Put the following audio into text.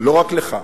לא רק לך,